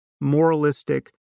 moralistic